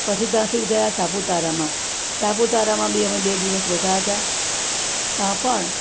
પછી ત્યાંથી ગયા સાપુતારામાં સાપુતારામાં બી અમે બે દિવસ રોકાયા હતા પણ